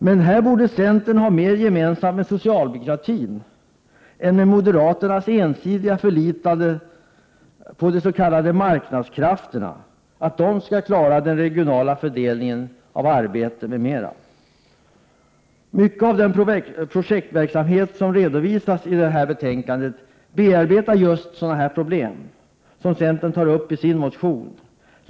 Men här borde centern ha mer gemensamt med socialdemokratin än med moderaternas ensidiga förlitande på att de s.k. marknadskrafterna skall klara den regionala fördelningen av arbeten m.m. Mycket av den projektverksamhet som redovisas i detta betänkande bearbetar just problem som dem som centern tar upp i sin motion.